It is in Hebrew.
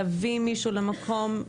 להביא מישהו למקום,